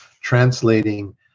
translating